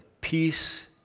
Peace